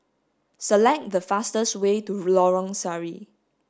select the fastest way to Lorong Sari